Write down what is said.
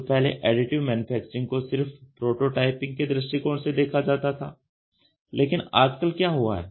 तो पहले additive manufacturing को सिर्फ प्रोटोटाइपिंग के दृष्टिकोण से देखा जाता था लेकिन आजकल क्या हुआ है